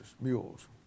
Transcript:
mules